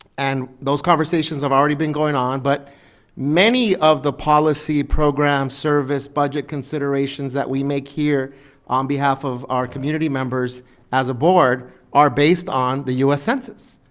and those conversations have already been going on, but many of the policy, programs, service, budget considerations that we make here on behalf of our community members as a board are based on the us census,